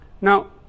Now